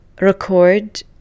record